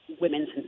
women's